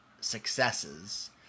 successes